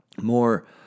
more